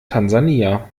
tansania